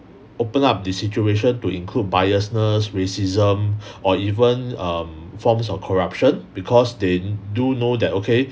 open up the situation to include biasness racism or even um forms of corruption because they do know that okay